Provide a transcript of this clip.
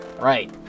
Right